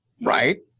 Right